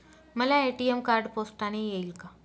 मला ATM card पोस्टाने येईल का?